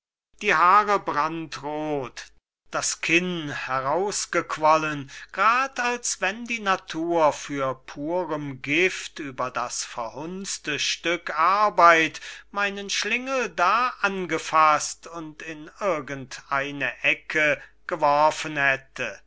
mausaugen die haare brandroth das kinn herausgequollen gerade als wenn die natur für purem gift über das verhunzte stück arbeit meinen schlingel da angefaßt und in irgend eine ecke geworfen hätte nein